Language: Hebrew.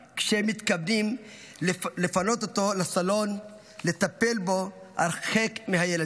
כשהם מתכוונים לפנות אותו לסלון ולטפל בו הרחק מהילדים.